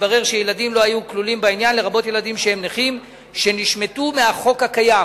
שילדים לא היו כלולים בעניין והם נשמטו מהחוק הקיים.